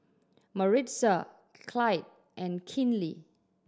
Maritza Clyde and Kinley